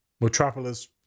Metropolis